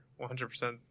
100